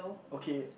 okay